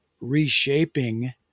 reshaping